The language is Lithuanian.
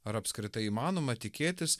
ar apskritai įmanoma tikėtis